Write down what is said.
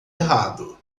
errado